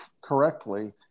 correctly